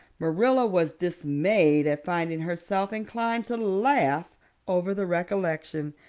marilla was dismayed at finding herself inclined to laugh over the recollection.